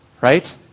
right